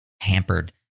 hampered